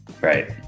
Right